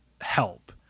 help